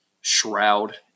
shroud